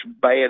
bad